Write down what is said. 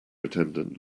attendant